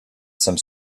some